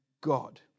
God